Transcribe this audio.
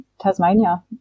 Tasmania